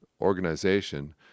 organization